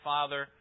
Father